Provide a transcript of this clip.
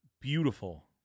beautiful